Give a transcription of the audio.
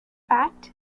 fact